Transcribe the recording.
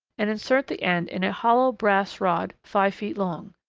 and insert the end in a hollow brass rod five feet long.